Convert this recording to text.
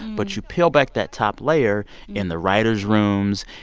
but you peel back that top layer in the writers' rooms,